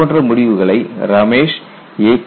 இதுபோன்ற முடிவுகளை ரமேஷ் A